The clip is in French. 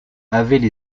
avaient